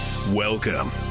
Welcome